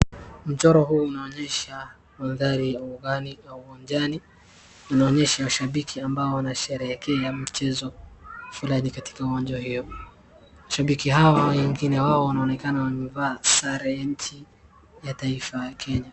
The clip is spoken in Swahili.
Mchoro huu unaonyesha mandhari ya ugani au uwanjani inaonyesha shabiki ambao wanasherehekea mchezo fulani katika uwanja hiyo. Shabiki hawa wengine wao wanaonekana wamevaa sare ya nchi ya taifa ya kenya.